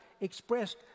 expressed